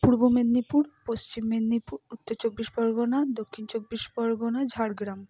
Purba Medinipur Paschim Medinipur Uttar Chabbish Pargana Dakshin Chabbish Pargana Jhargram